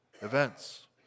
events